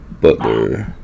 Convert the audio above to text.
Butler